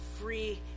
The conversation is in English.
free